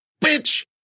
bitch